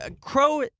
Crow